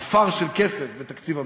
עפר של כסף בתקציב המדינה.